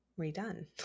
redone